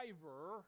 driver